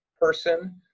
person